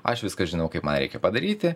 aš viską žinau kaip man reikia padaryti